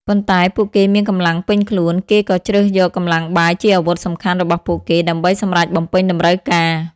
ប៉ុន្តែពួកគេមានកម្លាំងពេញខ្លួន គេក៏ជ្រើសយកកម្លាំងបាយជាអាវុធសំខាន់របស់ពួកគេ ដើម្បីសម្រចបំពេញតម្រូវការ។